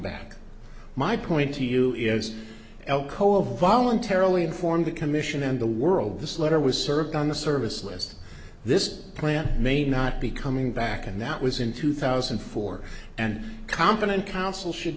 back my point to you is alcoa voluntarily informed the commission and the world this letter was served on the service list this plant may not be coming back and that was in two thousand and four and competent counsel should